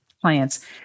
clients